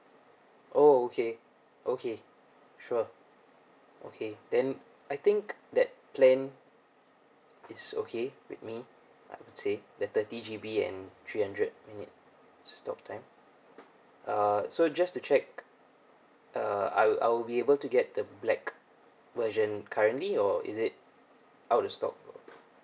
oh okay okay sure okay then I think that plan it's okay with me I have to say the thirty G_B and three hundred minutes talk time uh so just to check uh I will I will be able to get the black version currently or is it out of stock